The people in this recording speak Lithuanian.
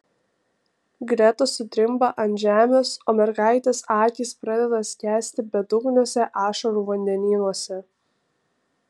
greta sudrimba ant žemės o mergaitės akys pradeda skęsti bedugniuose ašarų vandenynuose